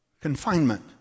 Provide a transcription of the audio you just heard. confinement